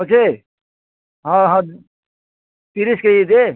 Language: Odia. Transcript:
ଅଛେ ହଁ ହଁ ତିରିଶ୍ କେଜି ଦେ